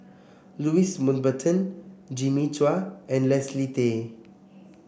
Louis Mountbatten Jimmy Chua and Leslie Tay